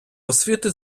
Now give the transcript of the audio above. освіти